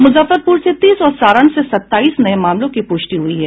मुजफ्फरपुर से तीस और सारण से सताईस नये मामलों की पुष्टि हुई है